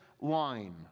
line